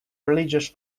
religious